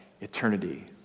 eternity